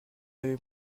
avez